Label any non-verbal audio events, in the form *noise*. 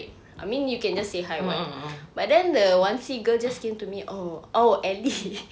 I mean you can just say hi [what] but then the wan see girl just came to me oh oh allie *laughs*